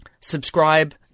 subscribe